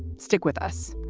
stick with us